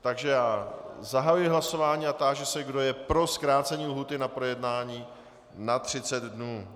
Takže zahajuji hlasování a táži se, kdo je pro zkrácení lhůty na projednání na 30 dnů.